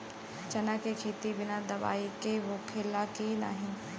चना के खेती बिना दवाई के हो सकेला की नाही?